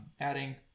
adding